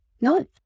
No